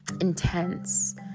intense